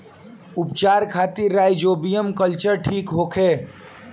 उपचार खातिर rhizobium culture ठीक होखे?